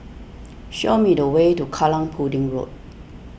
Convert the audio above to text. show me the way to Kallang Pudding Road